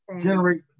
generate